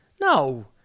No